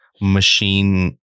machine